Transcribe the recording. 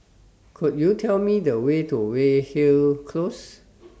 Could YOU Tell Me The Way to Weyhill Close